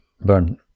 burn